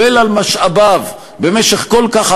כולל על משאביו,